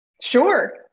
Sure